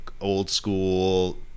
old-school